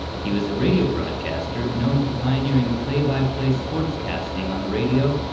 he was a radio broadcaster known for pioneering play-by-play sportscasting on the radio,